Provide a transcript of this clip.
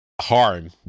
harm